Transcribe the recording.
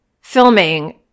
filming